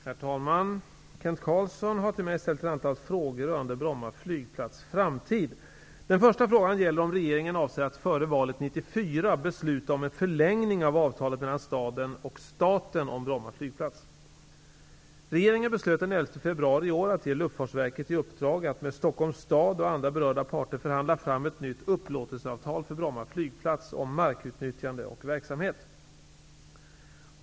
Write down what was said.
Herr talman! Kent Carlsson har till mig ställt ett antal frågor rörande Bromma flygplats framtid. Den första frågan gäller om regeringen avser att före valet 1994 besluta om en förlängning av avtalet mellan staden och staten om Bromma flygplats. Luftfartsverket i uppdrag att med Stockholms stad och andra berörda parter förhandla fram ett nytt upplåtelseavtal för Bromma flygplats om markutnyttjande och verksamhet.